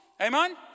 amen